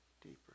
Deeper